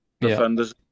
defenders